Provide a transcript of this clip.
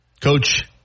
Coach